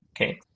okay